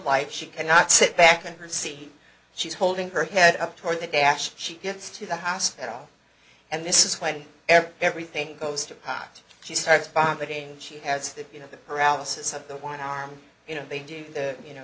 life she cannot sit back and see she's holding her head up toward the dash she gets to the hospital and this is when ever everything goes to pot she starts by putting she has you know the paralysis of the one arm you know they do you know